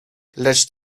lecz